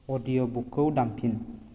अडिय'बुकखौ दामफिन